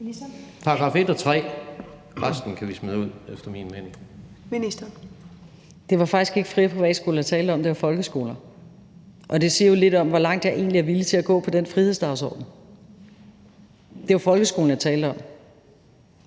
Det var faktisk ikke fri- og privatskoler, jeg talte om, det var folkeskoler. Og det siger jo lidt om, hvor langt jeg egentlig er villig til at gå i forhold til den frihedsdagsorden. Det var folkeskolen, jeg talte om